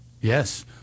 Yes